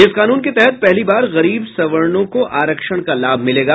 इस कानून के तहत पहली बार गरीब सवर्णों को आरक्षण का लाभ मिलेगा